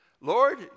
Lord